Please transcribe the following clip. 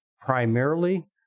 primarily